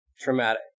traumatic